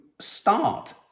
start